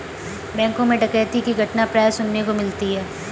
बैंकों मैं डकैती की घटना प्राय सुनने को मिलती है